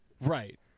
Right